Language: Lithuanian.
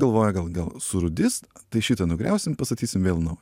galvoja gal gal surūdis tai šitą nugriausim pastatysim vėl naują